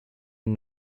and